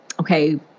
okay